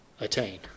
attain